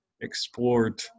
explored